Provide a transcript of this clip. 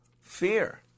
fear